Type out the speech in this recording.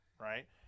right